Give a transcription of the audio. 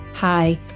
Hi